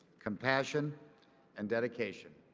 compassion and dedication.